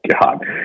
God